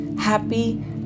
happy